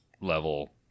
level